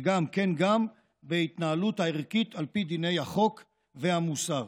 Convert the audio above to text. וכן גם על ההתנהלות הערכית על פי דיני החוק והמוסר.